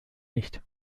nicht